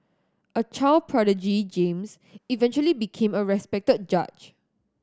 a child prodigy James eventually became a respected judge